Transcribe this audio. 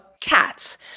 cats